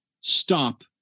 stop